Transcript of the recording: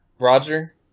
Roger